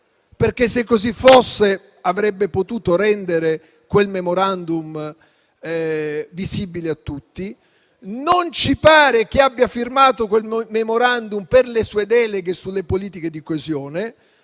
perché, se così fosse, lo avrebbe potuto rendere visibile a tutti. Non ci pare che abbia firmato un *memorandum* per le sue deleghe sulle politiche di coesione.